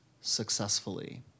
successfully